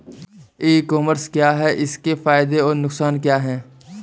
ई commerce क्या है इसके फायदे और नुकसान क्या है?